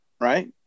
right